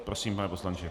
Prosím, pane poslanče.